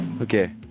okay